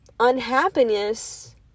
unhappiness